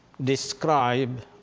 describe